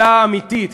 שאלה אמיתית,